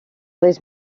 les